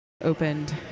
opened